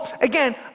again